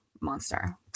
monster